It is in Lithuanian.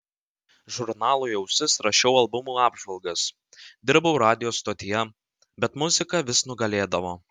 žurnalui ausis rašiau albumų apžvalgas dirbau radijo stotyje bet muzika vis nugalėdavo